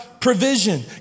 provision